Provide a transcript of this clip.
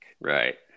Right